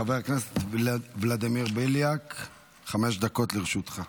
חבר הכנסת ולדימיר בליאק, חמש דקות לרשותך.